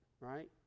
right